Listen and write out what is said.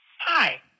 Hi